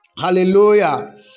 Hallelujah